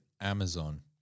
Amazon